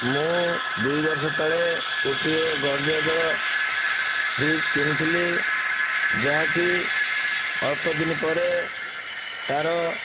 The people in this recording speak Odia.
ମୁଁ ଦୁଇ ବର୍ଷ ତଳେ ଗୋଟିଏ ଗଡ଼ରେଜ୍ର ଫ୍ରିଜ୍ କିଣିଥିଲି ଯାହାକି ଅଳ୍ପ ଦିନି ପରେ ତାର